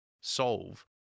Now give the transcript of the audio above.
solve